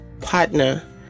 partner